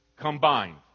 combined